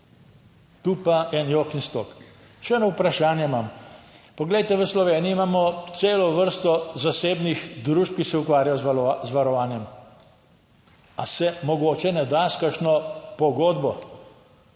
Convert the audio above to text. Tu pa en jok in stok. Še eno vprašanje imam. Poglejte, v Sloveniji imamo celo vrsto zasebnih družb, ki se ukvarjajo z varovanjem. Ali se mogoče ne da s kakšno pogodbo